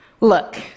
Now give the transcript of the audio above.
Look